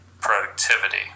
productivity